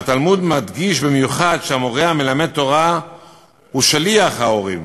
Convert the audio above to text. והתלמוד מדגיש במיוחד שהמורה המלמד תורה הוא שליח ההורים,